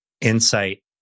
insight